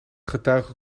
getuige